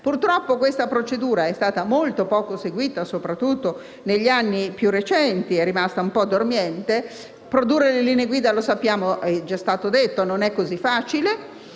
Purtroppo, questa procedura è stata seguita molto poco e, soprattutto negli anni più recenti, è rimasta un po' dormiente. Produrre le linee guida - lo sappiamo, è già stato detto - non è così facile